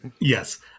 Yes